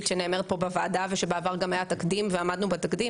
שנאמרת פה בוועדה ושבעבר גם היה תקדים ועמדנו בתקדים?